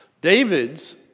David's